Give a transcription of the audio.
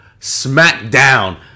smackdown